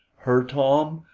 her tom!